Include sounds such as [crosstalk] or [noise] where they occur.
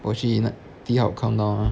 我去 [noise] T hub count down mah